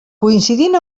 coincidint